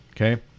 Okay